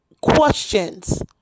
questions